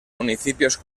municipios